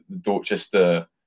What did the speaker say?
Dorchester